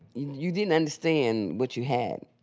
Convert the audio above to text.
you you didn't understand what you had,